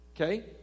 Okay